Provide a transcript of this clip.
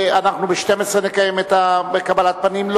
ב-12:00 נקיים את קבלת הפנים.